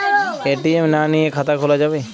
ATM না নিয়ে খাতা খোলা যাবে?